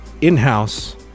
in-house